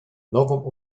nową